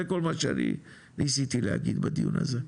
זה כל מה שאני ניסיתי להגיד בדיון הזה.